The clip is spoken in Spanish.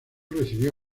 recibió